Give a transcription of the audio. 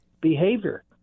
behavior